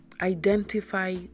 Identify